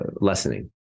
lessening